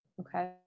okay